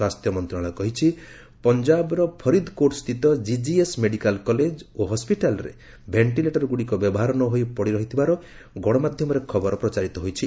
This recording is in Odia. ସ୍ୱାସ୍ଥ୍ୟ ମନ୍ତ୍ରଣାଳୟ କହିଛି ପଞ୍ଜାବର ଫରିଦକୋଟସ୍ଥିତ କିଜିଏସ୍ ମେଡ଼ିକାଲ କଲେଜ ଓ ହସ୍କିଟାଲରେ ଭେଟିଲେଟରଗୁଡ଼ିକ ବ୍ୟବହାର ନହୋଇ ପଡ଼ିରହିଥିବାର ଗଣମାଧ୍ୟମରେ ଖବର ପ୍ରଚାରିତ ହୋଇଛି